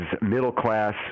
middle-class